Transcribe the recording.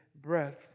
breath